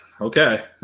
Okay